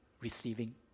receiving